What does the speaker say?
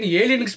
alien